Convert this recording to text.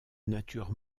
natures